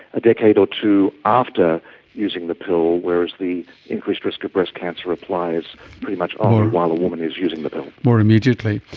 a decade or two after using the pill, whereas the increased risk of breast cancer applies pretty much only while a woman is using the pill. more immediately.